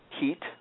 Heat